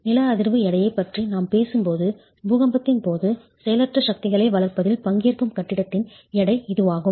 நில அதிர்வு எடையைப் பற்றி நாம் பேசும்போது பூகம்பத்தின் போது செயலற்ற சக்திகளை வளர்ப்பதில் பங்கேற்கும் கட்டிடத்தின் எடை இதுவாகும்